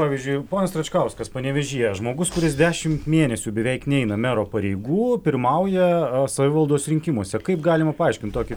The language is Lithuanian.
pavyzdžiui ponas račkauskas panevėžyje žmogus kuris dešimt mėnesių beveik neina mero pareigų pirmauja a savivaldos rinkimuose kaip galima paaiškint tokį